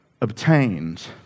obtained